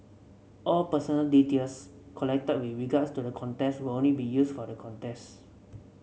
all personal details collected with regards to the contest will only be used for the contest